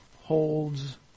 holds